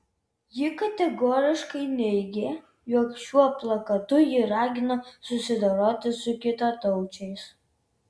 ji kategoriškai neigė jog šiuo plakatu ji ragino susidoroti su kitataučiais